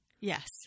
Yes